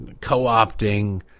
co-opting